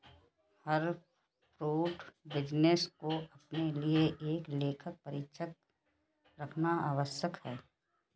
हर food business को अपने लिए एक लेखा परीक्षक रखना आवश्यक है